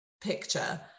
picture